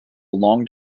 long